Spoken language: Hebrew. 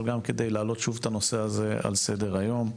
אבל גם כדי לעלות שוב את הנושא הזה על סדר היום.